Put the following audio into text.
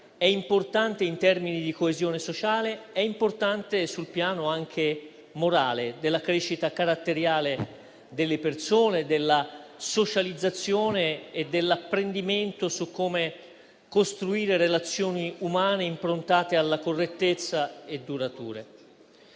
è importante in termini di coesione sociale; è importante sul piano anche morale, della crescita caratteriale delle persone, della socializzazione e dell'apprendimento su come costruire relazioni umane improntate alla correttezza e durature.